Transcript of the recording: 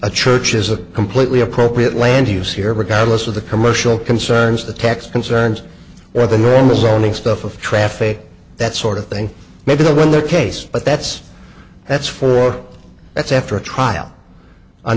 a church is a completely appropriate land use here regardless of the commercial concerns the tax concerns or the normal zoning stuff of traffic that sort of thing maybe the win the case but that's that's for that's after a trial on